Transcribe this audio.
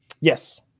Yes